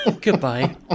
goodbye